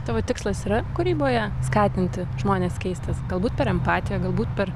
tavo tikslas yra kūryboje skatinti žmones keistis galbūt per empatiją galbūt per